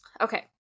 Okay